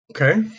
Okay